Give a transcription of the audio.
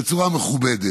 בצורה מכובדת.